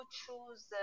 choose